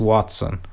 Watson